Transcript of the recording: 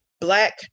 black